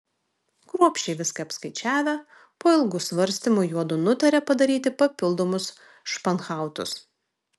kruopščiai viską apskaičiavę po ilgų svarstymų juodu nutarė padaryti papildomus španhautus